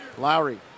lowry